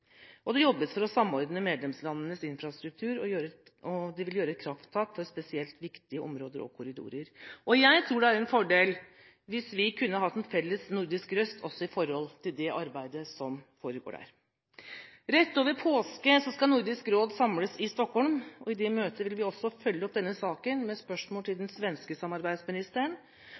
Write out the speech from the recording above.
og holdbare godstransporter. Det jobbes for å samordne medlemslandenes infrastruktur, og de vil gjøre et krafttak for spesielt viktige områder og korridorer. Jeg tror det er en fordel hvis vi kunne hatt en felles nordisk røst i det arbeidet som foregår der. Rett over påske skal Nordisk råd samles i Stockholm. I det møtet vil vi også følge opp denne saken med spørsmål til den svenske samarbeidsministeren.